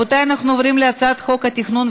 52 חברי כנסת